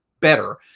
better